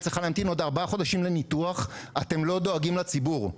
היא צריכה להמתין עוד ארבעה חודשים לניתוח אתם לא דואגים לציבור.